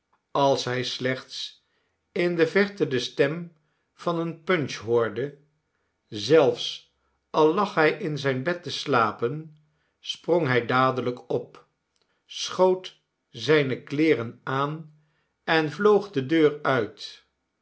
als hij slechts in de verte de stem van een punch hoorde zelfs al lag hij in zijn bed te slapen sprong hij dadelijk op schoot zijne kleeren aan en vloog de deur uit